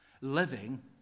living